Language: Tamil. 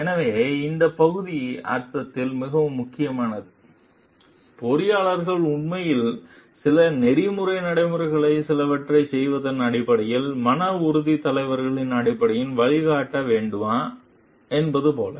எனவே இந்த பகுதி அர்த்தத்தில் மிகவும் முக்கியமானது பொறியாளர்கள் உண்மையில் சில நெறிமுறை நடைமுறைகளாக சிலவற்றைச் செய்வதன் அடிப்படையில் மன உறுதித் தலைவர்களின் அடிப்படையில் வழியைக் காட்ட வேண்டுமா என்பது போல